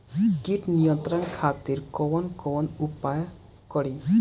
कीट नियंत्रण खातिर कवन कवन उपाय करी?